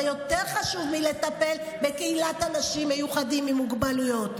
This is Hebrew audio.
זה יותר חשוב מלטפל בקהילת אנשים מיוחדים עם מוגבלויות,